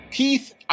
Keith